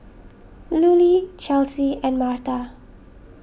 Lulie Chelsy and Martha